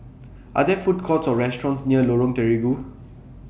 Are There Food Courts Or restaurants near Lorong Terigu